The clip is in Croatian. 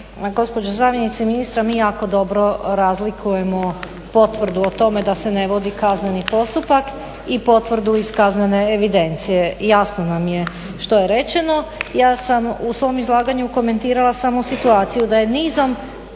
gospođo zamjenice ministra mi jako dobro razlikujemo potvrdu o tome da se ne vodi kazneni postupak i potvrdu iz kaznene evidencije, jasno nam je što je rečeno. Ja sam u svom izlaganju komentirala samo situaciju da je nizom